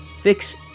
fix